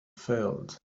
failed